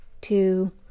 two